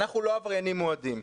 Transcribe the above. אנחנו לא עבריינים מועדים.